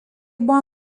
buvo